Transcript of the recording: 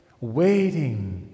waiting